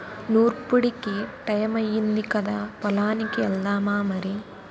నూర్పుడికి టయమయ్యింది కదా పొలానికి ఎల్దామా మరి